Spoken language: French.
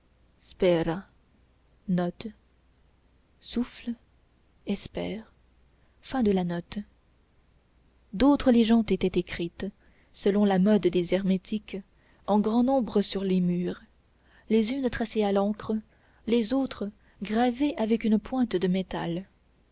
spera d'autres légendes étaient écrites selon la mode des hermétiques en grand nombre sur les murs les unes tracées à l'encre les autres gravées avec une pointe de métal